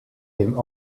him